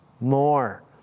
more